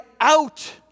out